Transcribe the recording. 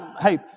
hey